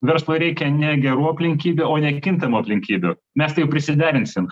verslui reikia ne gerų aplinkybių o nekintamų aplinkybių mes tai jau prisiderinsim